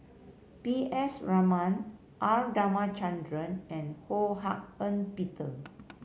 P S Raman R Ramachandran and Ho Hak Ean Peter